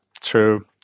true